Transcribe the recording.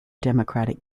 democratic